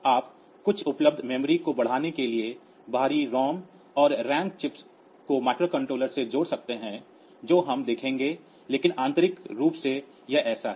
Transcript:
आप कुल उपलब्ध मेमोरी को बढ़ाने के लिए बाहरी ROM और RAM चिप्स को माइक्रोकंट्रोलर से जोड़ सकते हैं जो हम देखेंगे लेकिन आंतरिक रूप से यह ऐसा है